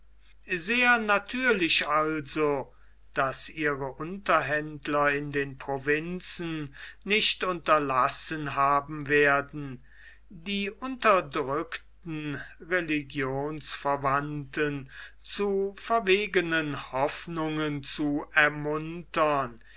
sehr natürlich also daß ihre unterhändler in den provinzen nicht unterlassen haben werden die unterdrückten religionsverwandten zu verwegenen hoffnungen zu ermuntern